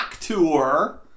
tour